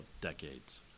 decades